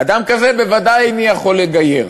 אדם כזה בוודאי איני יכול לגייר.